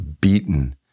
beaten